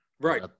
Right